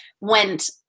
went